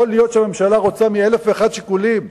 יכול להיות שהממשלה רוצה, מאלף ואחד שיקולים,